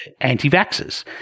anti-vaxxers